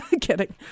Kidding